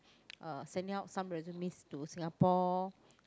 uh sending out some resumes to Singapore